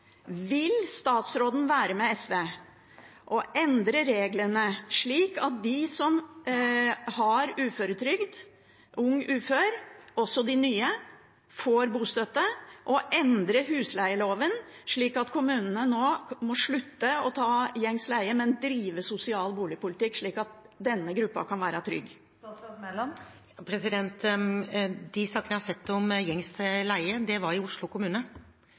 Vil statsråden være med SV og endre reglene, slik at de som har uføretrygd – og unge uføre, også de nye – får bostøtte? Og vil man endre husleieloven, slik at kommunene nå må slutte å ta gjengs leie, men drive sosial boligpolitikk, slik at denne gruppa kan være trygg? De sakene jeg har sett om gjengs leie, var i Oslo kommune,